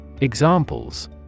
Examples